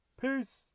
Peace